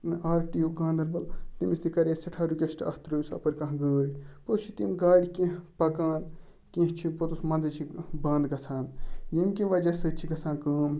R T O Ganderbal تٔمِس تہِ کَرے سٮ۪ٹھاہ رِکویسٹ اَتھ ترٛٲیِو سا اَپٲرۍ کانٛہہ گٲڑۍ پوٚتُس چھِ تِم گاڑِ کینٛہہ پکان کینٛہہ چھِ پوٚتُس منٛزٕ چھِ بنٛد گژھان ییٚمہِ کہِ وجہ سۭتۍ چھِ گژھان کٲم